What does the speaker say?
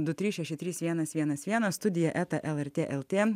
du trys šeši trys vienas vienas vienas studija eta lrt lt